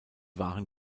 waren